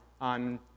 on